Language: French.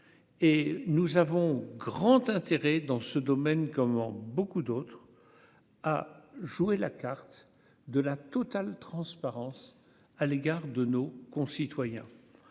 et nous avons grand intérêt dans ce domaine, comme beaucoup d'autres, a joué la carte de la totale transparence à l'égard de nos concitoyens,